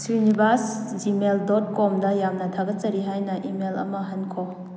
Srinivas gmail dot ꯀꯣꯝꯗ ꯌꯥꯝꯅ ꯊꯥꯒꯠꯆꯔꯤ ꯍꯥꯏꯅ ꯏꯃꯦꯜ ꯑꯃ ꯍꯟꯈꯣ